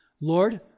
Lord